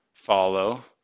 Follow